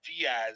Diaz